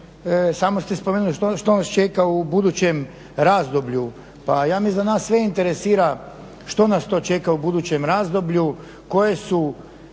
sami ste spomenuli što nas čeka u budućem razdoblju, pa ja mislim da nas sve interesira što nas to čeka u budućem razdoblju, koje su